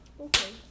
Okay